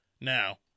Now